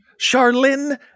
Charlene